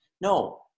No